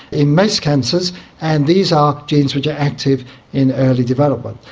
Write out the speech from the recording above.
in most cancers and these are genes which are active in early development.